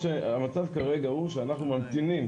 המצב כרגע הוא שאנחנו ממתינים